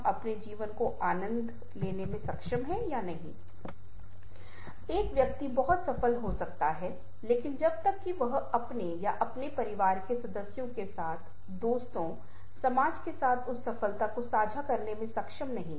आपके पास बिना शब्दों के कहानियाँ हो सकती हैं और ऐसे कुछ मामलों में जहाँ चित्र और ग्रंथ इतने संबंधित हैं कि शब्दों के बिना इस कहानी का संचार नहीं किया जा सकता है